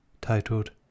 titled